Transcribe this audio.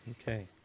Okay